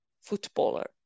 footballer